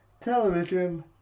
television